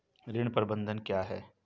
ऋण प्रबंधन क्या है?